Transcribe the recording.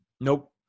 Nope